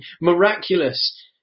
miraculous